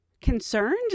concerned